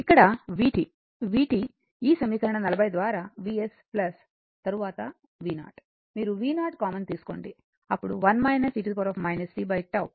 ఇక్కడ vt vt ఈ సమీకరణం 40 ద్వారా Vs తరువాత v0 మీరు v0 కామన్ తీసుకోండి అప్పుడు 1 e tτ